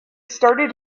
started